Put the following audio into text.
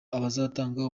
azatanga